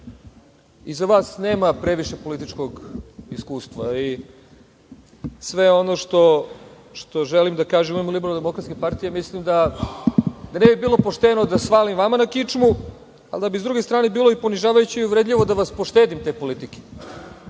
Iza vas nema previše političkog iskustva i sve ono što želim da kažem u ime LDP mislim da ne bi bilo pošteno da svalim vama na kičmu, a sa druge strane bi bilo ponižavajuće i uvredljivo da vas poštedim te politike,